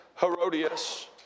Herodias